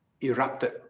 erupted